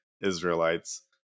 Israelites